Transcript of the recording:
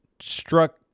struck